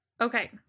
Okay